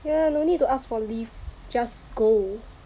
ya no need to ask for leave just go